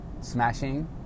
smashing